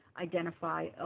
identify